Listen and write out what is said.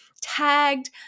tagged